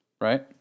right